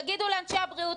תגידו לאנשי הבריאות,